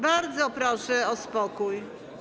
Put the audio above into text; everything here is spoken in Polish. Bardzo proszę o spokój.